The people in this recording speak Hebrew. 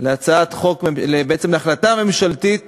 להצעת חוק, בעצם להחלטה ממשלתית